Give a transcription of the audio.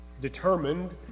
determined